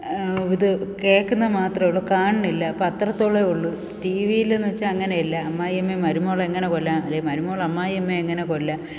ഇത് കേൾക്കുന്നതു മാത്രമേ ഉളളൂ കാണുന്നില്ല അപ്പം അത്രത്തോളമേയുള്ളു ടി വിയിലെന്നുവെച്ചാൽ അങ്ങനെയല്ല അമ്മയമ്മയും മരുമകളെ എങ്ങനെ കൊല്ലാം അല്ലെങ്കിൽ മരുമോൾ അമ്മായിയമ്മയെ എങ്ങനെ കൊല്ലാം